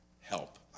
help